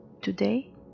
Today